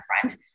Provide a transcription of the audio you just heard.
front